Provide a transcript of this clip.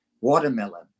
watermelon